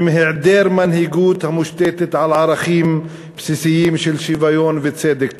עם היעדר מנהיגות המושתתת על ערכים בסיסיים של שוויון וצדק טבעי.